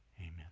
Amen